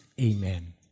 Amen